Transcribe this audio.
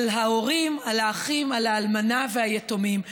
על ההורים, על האחים, על האלמנה והיתומים.